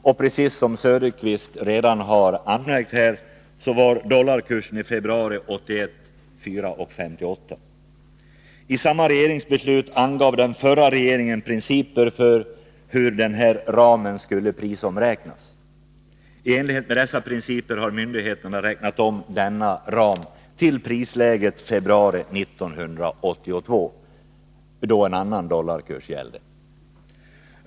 Som Oswald Söderqvist redan har anmärkt var dollarkursen i februari 1981 4:58 kr. I samma regeringsbeslut angav den förra regeringen principer för hur denna kostnadsram skulle prisomräknas. I enlighet med dessa principer har myndigheterna räknat om kostnadsramen till prisläget februari 1982, då en annan dollarkurs gällde.